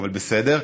אבל בסדר.